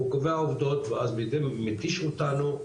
והוא קובע עובדות ואז בהתאם מתיש אותנו,